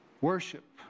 Worship